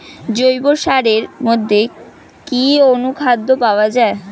জৈব সারের মধ্যে কি অনুখাদ্য পাওয়া যায়?